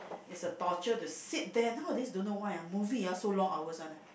is a torture to sit there nowadays don't know why ah movies ah so long hours [one] ah